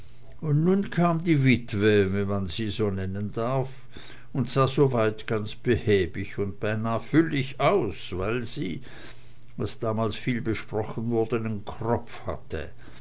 und nun kam die witwe wenn man sie so nennen darf und sah soweit ganz behäbig und beinahe füllig aus weil sie was damals viel besprochen wurde nen kropf hatte